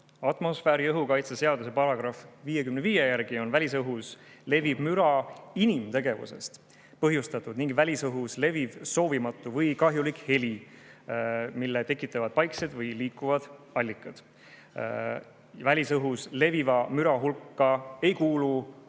Atmosfääriõhu kaitse seaduse § 55 järgi on välisõhus leviv müra inimtegevusest põhjustatud ning välisõhus leviv soovimatu või kahjulik heli, mille tekitavad paiksed või liikuvad allikad. Välisõhus leviva müra hulka ei kuulu